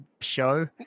show